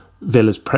Villa's